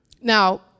Now